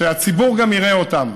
והציבור גם יראה אותם.